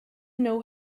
know